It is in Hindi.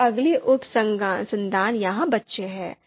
फिर अगली उप सन्तान यहाँ बच्चे हैं